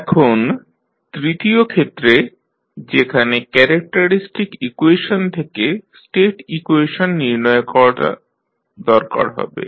এখন তৃতীয় ক্ষেত্রে যেখানে ক্যারেক্টারিস্টিক ইকুয়েশন থেকে স্টেট ইকুয়েশন নির্ণয় করার দরকার হবে